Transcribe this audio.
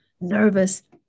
nervous